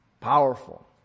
Powerful